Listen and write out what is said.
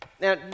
Now